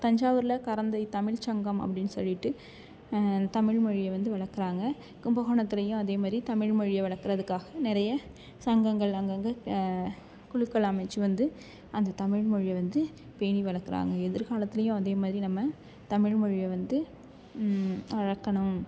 தஞ்சாவூரில் கரந்தை தமிழ் சங்கம் அப்படின்னு சொல்லிட்டு தமிழ் மொழியை வந்து வளக்கிறாங்க கும்பகோணத்துலேயும் அதேமாரி தமிழ் மொழியை வளக்கிறதுக்காக நிறைய சங்கங்கள் அங்கங்கே குழுக்கள் அமைத்து வந்து அந்த தமிழ் மொழியை வந்து பேணி வளக்கிறாங்க எதிர் காலத்துலேயும் அதே மாதிரி நம்ம தமிழ் மொழியை வந்து வளர்க்கணும்